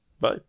bye